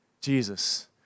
Jesus